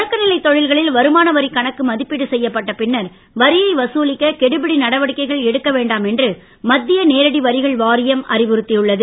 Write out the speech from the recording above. தொடக்கநிலை தொழில்களில் வருமான வரிக் கணக்கு மதிப்பீடு செய்யப்பட்ட பின்னர் வரியை வசூலிக்க கெடுபிடி நடவடிக்கைகள் எடுக்க வேண்டாம் என்று மத்திய நேரடி வரிகள் வாரியம் அறிவுறுத்தியுள்ளது